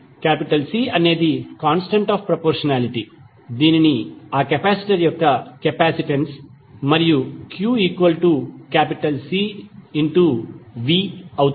C అనేది constant of proportionality దీనిని ఆ కెపాసిటర్ యొక్క కెపాసిటెన్స్ మరియు qCvఅవుతుంది